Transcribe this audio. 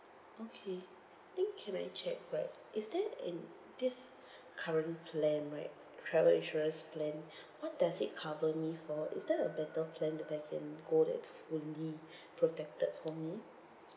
okay then can I check right is there an~ this current plan right travel insurance plan what does it cover me for is there a better plan that I can go that is fully protected for me